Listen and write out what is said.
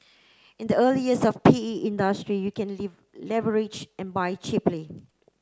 in the early years of the P E industry you can leave leverage and buy cheaply